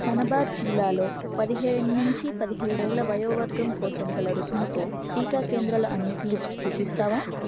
ధన్బాద్ జిల్లాలో పదిహేను నుంచి పదిహేడేళ్ళ వయోవర్గం కోసం గల రుసుముతో టీకా కేంద్రాలు అన్నిటి లిస్టు చూపిస్తావా